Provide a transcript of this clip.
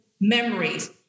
memories